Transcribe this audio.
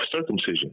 circumcision